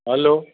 hello